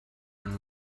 and